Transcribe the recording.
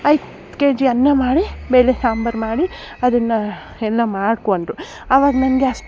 ಐದು K G ಅನ್ನ ಮಾಡಿ ಬೇಳೆ ಸಾಂಬಾರು ಮಾಡಿ ಅದನ್ನು ಎಲ್ಲ ಮಾಡಿಕೋ ಅಂದರು ಆವಾಗ ನನಗೆ ಅಷ್ಟು